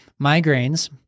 Migraines